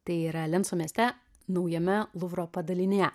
tai yra linco mieste naujame luvro padalinyje